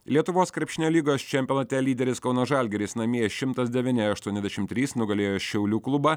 lietuvos krepšinio lygos čempionate lyderis kauno žalgiris namie šimtas devyni aštuoniasdešim trys nugalėjo šiaulių klubą